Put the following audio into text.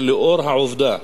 ולאור העובדה,